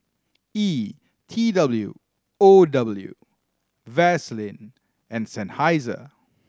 E T W O W Vaseline and Seinheiser